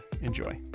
enjoy